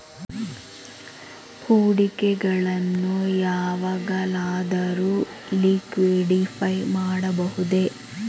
ಹೂಡಿಕೆಗಳನ್ನು ಯಾವಾಗಲಾದರೂ ಲಿಕ್ವಿಡಿಫೈ ಮಾಡಬಹುದೇ?